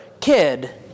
kid